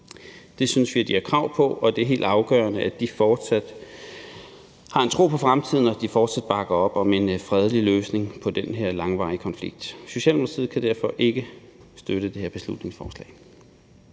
Det synes vi de har krav på, og det er helt afgørende, at de fortsat har en tro på fremtiden, og at de fortsat bakker op om en fredelig løsning på den her langvarige konflikt. Socialdemokratiet kan derfor ikke støtte det her beslutningsforslag.